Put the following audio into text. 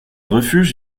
refuges